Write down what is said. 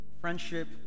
Friendship